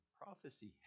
prophecy